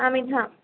आम्ही थां